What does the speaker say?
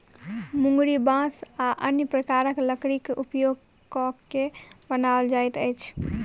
मुंगरी बाँस आ अन्य प्रकारक लकड़ीक उपयोग क के बनाओल जाइत अछि